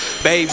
Babe